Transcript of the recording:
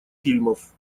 фильмов